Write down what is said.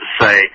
say